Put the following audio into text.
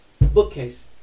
bookcase